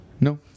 No